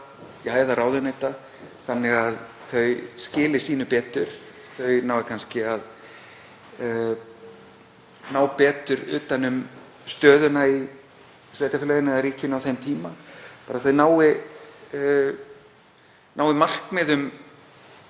þannig að þau skili sínu betur, nái kannski betur utan um stöðuna í sveitarfélaginu eða ríkinu á þeim tíma, að þau nái markmiðum